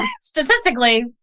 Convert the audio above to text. Statistically